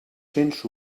cents